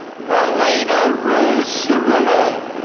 marlena rose serillo.